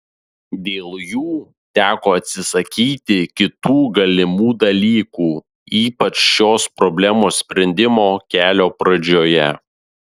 dėl jų teko atsisakyti kitų galimų dalykų ypač šios problemos sprendimo kelio pradžioje